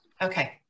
Okay